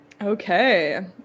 Okay